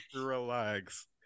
Relax